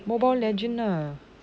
mobile legends ah